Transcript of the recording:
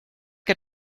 que